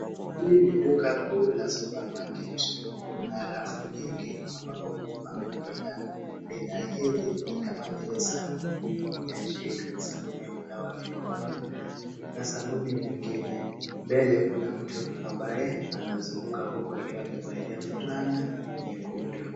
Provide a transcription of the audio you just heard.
Hili ni duka kuu la supermarket . Kuna rafu nyingi ambapo kumepangwa bidhaa. Bidhaa hizi ni kama vile sabuni ya jik , sabuni ya kunawa mikono na sabuni nyingine. Mbele kuna mtu ambaye anazunguka huku akiwa amevalia fulana nyekundu.